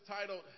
titled